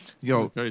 Yo